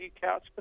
couch